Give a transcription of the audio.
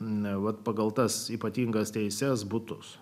neva pagal tas ypatingas teises butus